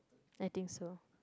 I think so